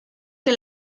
que